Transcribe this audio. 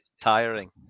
tiring